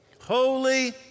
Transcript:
holy